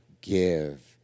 give